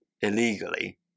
illegally